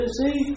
see